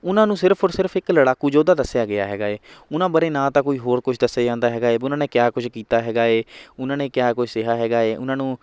ਉਹਨਾਂ ਨੂੰ ਸਿਰਫ਼ ਔਰ ਸਿਰਫ਼ ਇੱਕ ਲੜਾਕੂ ਯੋਧਾ ਦੱਸਿਆ ਗਿਆ ਹੈਗਾ ਏ ਉਹਨਾਂ ਬਾਰੇ ਨਾ ਤਾਂ ਕੋਈ ਹੋਰ ਕੁਛ ਦੱਸਿਆ ਜਾਂਦਾ ਹੈਗਾ ਏ ਵੀ ਉਹਨਾਂ ਨੇ ਕਿਆ ਕੁਛ ਕੀਤਾ ਹੈਗਾ ਏ ਉਹਨਾਂ ਨੇ ਕਿਆ ਕੁਛ ਸਿਹਾ ਹੈਗਾ ਏ ਉਹਨਾਂ ਨੂੰ